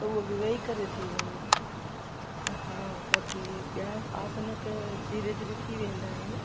त उहा बि वेही करे थी वञे हा बाक़ी ॿिया आसन त धीरे धीरे थी वेंदा आहिनि